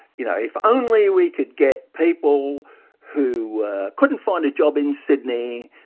you know if only we could get people who couldn't find a job in sydney,